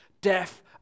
death